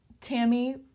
Tammy